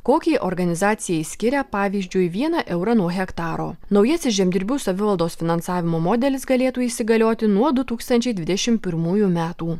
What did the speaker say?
kokiai organizacijai skiria pavyzdžiui vieną eurą nuo hektaro naujasis žemdirbių savivaldos finansavimo modelis galėtų įsigalioti nuo du tūkstančiai dvidešimt pirmųjų metų